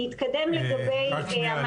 אני אתקדם לגבי המענים --- רק שנייה.